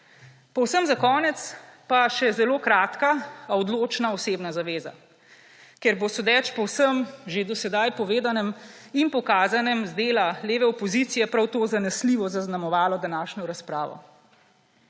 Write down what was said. Povsem za konec pa še zelo kratka, a odločna osebna zaveza, ker bo, sodeč po vsem že do sedaj povedanem in pokazanem z dela leve opozicije, prav to zanesljivo zaznamovalo današnjo razpravo.